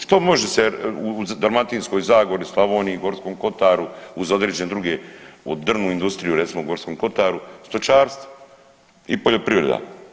Što može se u Dalmatinskoj zagori, Slavoniji, Gorskom kotaru uz određene druge, drvnu industriju recimo u Gorskom kotaru, stočarstvo i poljoprivreda.